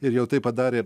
ir jau tai padarė